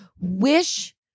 wish